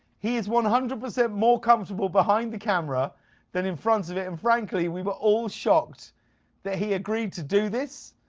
he is one hundred percent more comfortable behind the camera than in front of it and, frankly, we were all shocked that he agreed to do this,